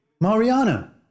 Mariana